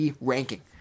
ranking